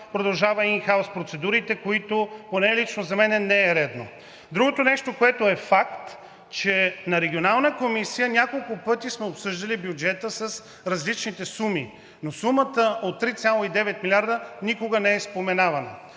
продължават ин хаус процедурите – поне лично за мен не е редно. Другото нещо, което е факт – че в Регионалната комисия няколко пъти сме обсъждали бюджета с различните суми, но сумата от 3,9 милиарда никога не е споменавана.